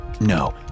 no